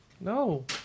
No